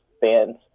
fans